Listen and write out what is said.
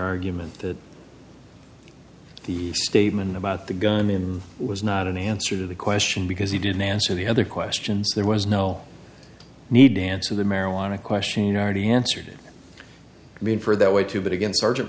argument that the statement about the gunman was not an answer to the question because he didn't answer the other questions there was no need to answer the marijuana question or already answered i mean for that way too but again s